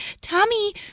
Tommy